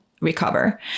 recover